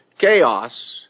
chaos